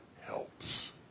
helps